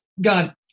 God